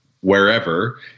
wherever